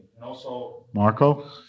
Marco